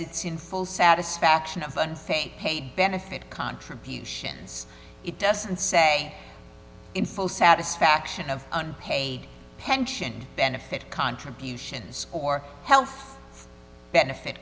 it's in full satisfaction of and benefit contributions it doesn't say in full satisfaction of unpaid pension benefit contributions or health benefit